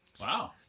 wow